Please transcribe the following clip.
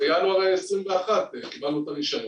בינואר 2021 קיבלנו את הרישיון.